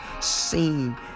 seen